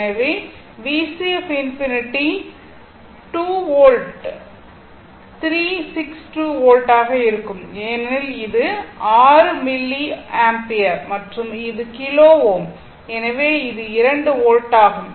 எனவே VC ∞ 2 2 volt 3 6 2 volt ஆக இருக்கும் ஏனெனில் இது 6 மில்லி ஆம்பியர் மற்றும் இது கிலோ Ω எனவே இது 2 வோல்ட் ஆகும்